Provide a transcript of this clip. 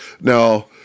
Now